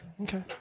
Okay